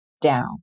down